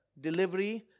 delivery